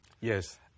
Yes